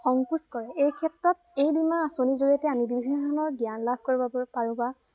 সংকোচ কৰে এই ক্ষেত্ৰত এই বীমা আঁচনিৰ জৰিয়তে আমি বিভিন্ন ধৰণৰ জ্ঞান লাভ কৰিবাৰ বাবে পাৰোঁ বা